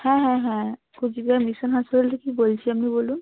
হ্যাঁ হ্যাঁ হ্যাঁ কুচবিহার মিশন হাসপাতাল থেকে কি বলছি আনি বলুন